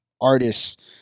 artists